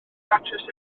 datrys